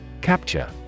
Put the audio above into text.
Capture